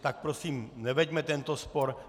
Tak prosím neveďme tento spor.